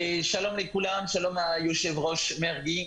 שלום לכולם, שלום ליושב-ראש מרגי,